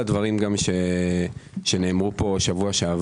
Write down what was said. אגב, קבעתי אם יושב-ראש רשות המיסים בלי קשר.